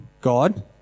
God